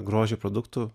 grožio produktų